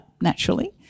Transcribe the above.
naturally